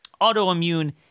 autoimmune